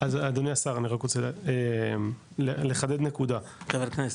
אז אדוני, אני רק רוצה לחדד נקודה, כבר היום,